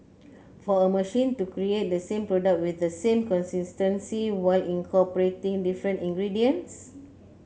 for a machine to create the same product with the same consistency while incorporating different ingredients